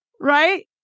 Right